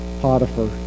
Potiphar